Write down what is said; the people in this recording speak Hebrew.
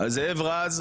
זאב רז,